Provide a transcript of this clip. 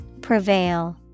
Prevail